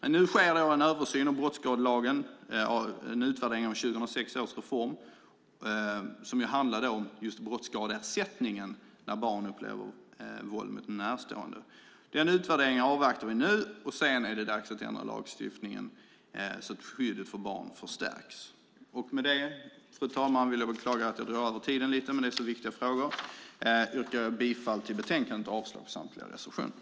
Nu sker det en översyn av brottsskadelagen, en utvärdering av 2006 års reform, som handlar om just brottsskadeersättningen när barn upplever våld mot en närstående. Den utvärderingen avvaktar vi nu, och sedan är det dags att ändra lagstiftningen så att skyddet för barn förstärks. Med det, fru talman, vill jag beklaga att jag har dragit över tiden lite, men det är så viktiga frågor. Jag yrkar bifall till förslaget i betänkandet och avslag på samtliga reservationer.